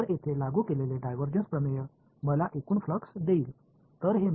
எனவே இங்கே பயன்படுத்தப்படும் டைவர்ஜன்ஸ் தேற்றம் எனக்கு மொத்த ஃப்ளக்ஸ் கொடுக்கும்